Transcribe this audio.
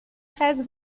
face